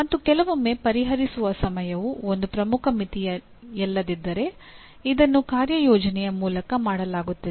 ಮತ್ತು ಕೆಲವೊಮ್ಮೆ ಪರಿಹರಿಸುವ ಸಮಯವು ಒಂದು ಪ್ರಮುಖ ಮಿತಿಯಲ್ಲದಿದ್ದರೆ ಇದನ್ನು ಕಾರ್ಯಯೋಜನೆಯ ಮೂಲಕ ಮಾಡಲಾಗುತ್ತದೆ